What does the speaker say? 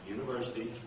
University